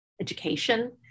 education